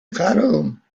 cairum